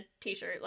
t-shirt